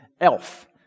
Elf